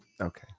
Okay